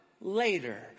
Later